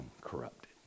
corrupted